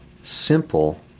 simple